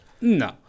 No